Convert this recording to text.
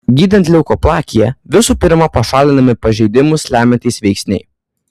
gydant leukoplakiją visų pirma pašalinami pažeidimus lemiantys veiksniai